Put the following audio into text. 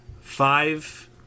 five